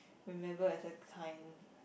remembered as a kind